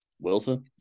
Wilson